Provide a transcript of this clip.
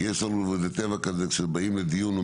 כי יש לנו איזה טבע כזה כשבאים לדיון או